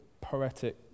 poetic